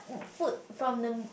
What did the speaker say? food from the